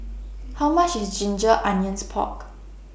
How much IS Ginger Onions Pork